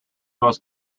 most